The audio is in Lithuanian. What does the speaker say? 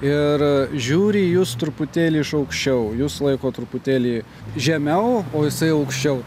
ir žiūri į jus truputėlį iš aukščiau jus laiko truputėlį žemiau o jisai aukščiau